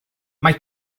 mae